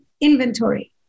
Inventory